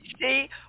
See